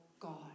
God